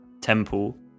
Temple